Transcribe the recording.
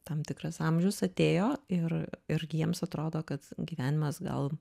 tam tikras amžius atėjo ir irgi jiems atrodo kad gyvenimas gal